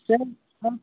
sir sir